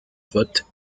vote